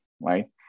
right